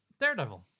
Daredevil